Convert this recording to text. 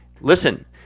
Listen